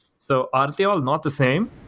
so ah they all not the same?